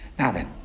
now then,